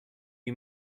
you